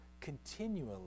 continually